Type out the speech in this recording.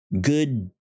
good